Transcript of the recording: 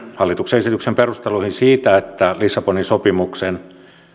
hallituksen esityksen perusteluihin siitä että lissabonin sopimuksen